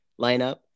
lineup